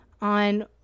on